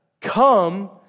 Come